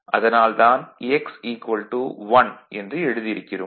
அதனால் தான் x 1 என்று எழுதி இருக்கிறோம்